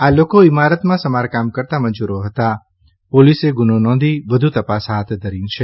આ લોકો ઇમારતમાં સમારકામ કરતાં મજૂરો હતાં પોલીસે ગુનો નોંધી તપાસ હાથ ધરી છે